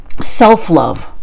self-love